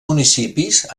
municipis